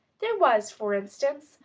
there was, for instance,